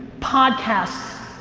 podcasts,